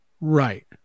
Right